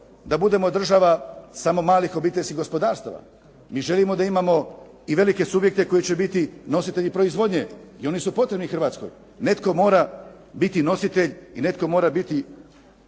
da budemo država samo malih obiteljskih gospodarstava. Mi želimo da imamo i velike subjekte koji će biti nositelji proizvodnje i oni su potrebni Hrvatskoj. Netko mora biti nositelj i netko mora biti